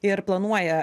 ir planuoja